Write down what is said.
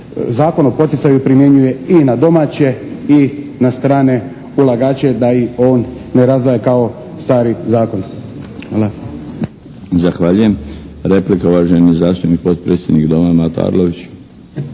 Zakon o poticaju primjenjuje i na domaće i na strane ulagače, da ih on ne razdvaja kao stari zakon. Hvala. **Milinović, Darko (HDZ)** Zahvaljujem. Replika, uvaženi zastupnik potpredsjednik Doma, Mato Arlović.